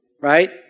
right